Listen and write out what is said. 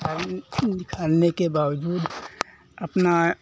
हम तैरने के बावजूद अपना